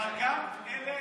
אבל גם אלה